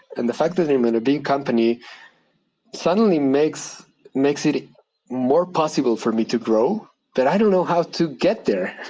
and the fact that i'm in a big company suddenly makes makes it more possible for me to grow that i don't know how to get there